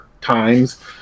times